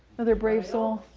another brave soul